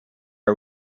are